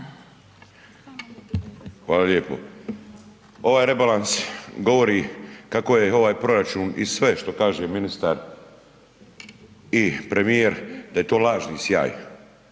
Hvala lijepo. Ovaj rebalans govori kako je ovaj proračun i sve što kaže ministar i premijer da je to lažni sjaj.